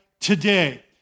today